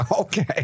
Okay